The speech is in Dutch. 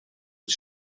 het